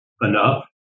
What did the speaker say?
enough